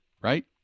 right